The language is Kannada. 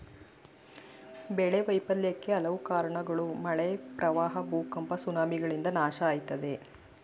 ಬೆಳೆ ವೈಫಲ್ಯಕ್ಕೆ ಹಲವು ಕಾರ್ಣಗಳು ಮಳೆ ಪ್ರವಾಹ ಭೂಕಂಪ ಸುನಾಮಿಗಳಿಂದ ನಾಶ ಆಯ್ತದೆ